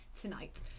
tonight